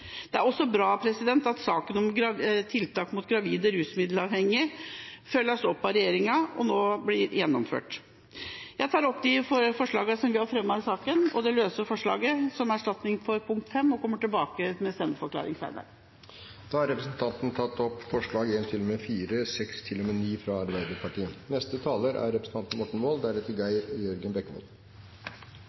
Det er også bra at saken om tiltak rettet mot gravide rusmiddelavhengige følges opp av regjeringa og nå blir gjennomført. Jeg tar opp de forslagene vi har fremmet i saken, også det løse forslaget som erstatning for forslag nr. 5, og kommer tilbake til en stemmeforklaring senere. Representanten Sonja Mandt har tatt opp forslagene nr. 1–4 og 6–9, fra Arbeiderpartiet. Barnevernsreformen handler om å gi våre mest utsatte barn bedre hjelp, på deres egne premisser og til rett tid. Dette er